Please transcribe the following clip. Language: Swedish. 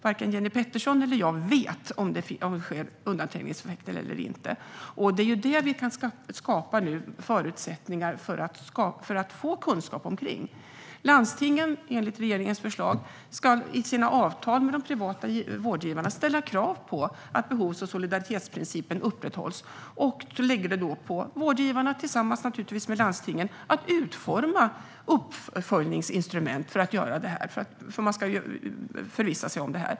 Varken Jenny Petersson eller jag vet om det finns undanträngningseffekter eller inte. Vi skapar nu förutsättningar för att få kunskap. Landstingen ska, enligt regeringens förslag, i sina avtal med de privata vårdgivarna ställa krav på att behovs och solidaritetsprincipen upprätthålls. Det ligger på vårdgivarna tillsammans med landstingen att utforma uppföljningsinstrument.